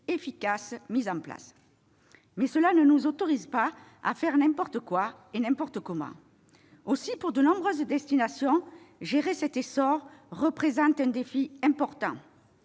efficaces. Reste que cela ne nous autorise pas à faire n'importe quoi, n'importe comment. Pour de nombreuses destinations, gérer cet essor représente un défi important.